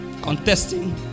contesting